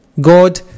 God